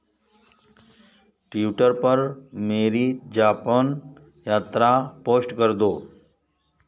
Twitter पर मेरी Japan यात्रा पोश्ट कर दो